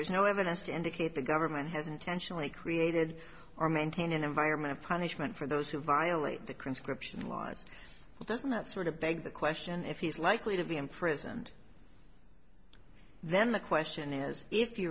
there's no evidence to indicate the government has intentionally created or maintain an environment of punishment for those who violate the conscription line doesn't that sort of beg the question if he's likely to be imprisoned then the question is if you